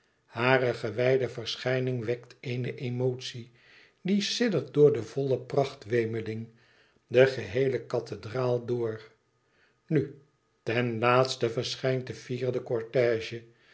hare gewijde verschijning wekt eene emotie die siddert door de volle prachtwemeling de geheele kathedraal door nu ten laatste verschijnt de vierde